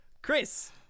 Chris